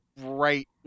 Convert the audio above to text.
right